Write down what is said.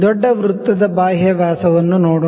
ದೊಡ್ಡ ವೃತ್ತದ ಬಾಹ್ಯ ವ್ಯಾಸವನ್ನು ನೋಡೋಣ